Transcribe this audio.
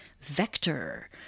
vector